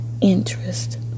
interest